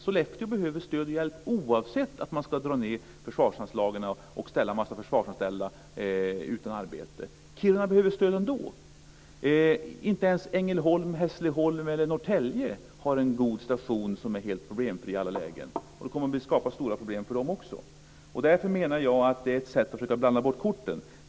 Sollefteå behöver stöd och hjälp, oavsett att försvarsanslagen ska dras ned och en massa försvarsanställda ska ställas utan arbete. Kiruna behöver också stöd ändå. Inte ens Ängelholm, Hässleholm eller Norrtälje har en god situation som är helt problemfri i alla lägen. Det här kommer att skapa stora problem för dem också. Därför menar jag att det här är ett sätt att försöka att blanda bort korten.